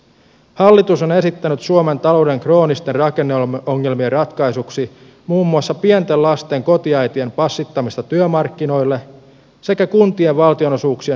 hallitus on esittänyt suomen talouden kroonisten rakenneongelmien ratkaisuksi muun muassa pienten lasten kotiäitien passittamista työmarkkinoille sekä kuntien valtionosuuksien dramaattista leikkausta